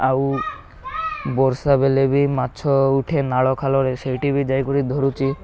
ଆଉ ବର୍ଷା ବେଲେ ବି ମାଛ ଉଠେ ନାଳ ଖାଲରେ ସେଇଠି ବି ଯାଇକରି ଧରୁଛି